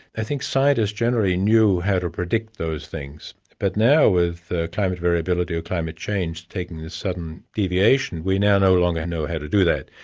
i think scientists generally knew how to predict those things, but now with climate variability, or climate change taking this sudden deviation, we now no longer know how to do that.